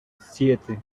siete